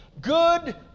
good